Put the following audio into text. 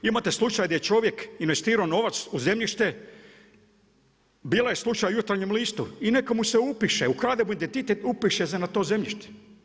Imate slučaj gdje čovjek investirao novac u zemljište, bio je slučaj u Jutarnjem listu i neka mu se upiše u … identitet, upiše se na to zemljište.